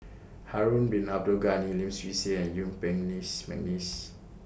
Harun Bin Abdul Ghani Lim Swee Say and Yuen Peng Neice Mcneice